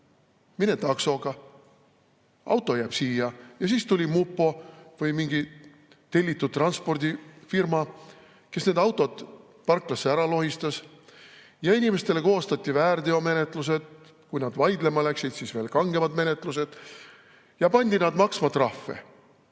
Mine taksoga, auto jääb siia." Siis tuli mupo või mingi tellitud transpordifirma, kes need autod parklasse ära lohistas. Ja inimestele koostati väärteomenetlused. Kui nad vaidlema läksid, siis veel kangemad menetlused. Ja pandi nad maksma trahve,